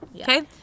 Okay